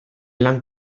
lan